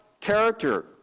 character